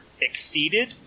exceeded